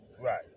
Right